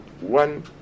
one